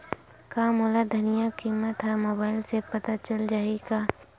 का मोला धनिया किमत ह मुबाइल से पता चल जाही का?